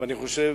אני חושב,